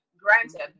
granted